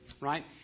right